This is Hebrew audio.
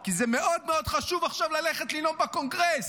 כי זה מאוד מאוד חשוב עכשיו ללכת לנאום בקונגרס,